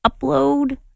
Upload